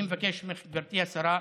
אני מבקש ממך, גברתי השרה,